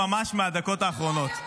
ממש מהדקות האחרונות.